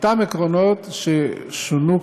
אותם עקרונות ששונו,